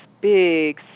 big